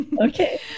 Okay